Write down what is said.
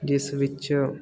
ਜਿਸ ਵਿੱਚ